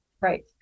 right